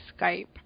Skype